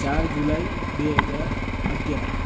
ચાર જુલાઇ બે હજાર અગિયાર